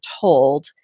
told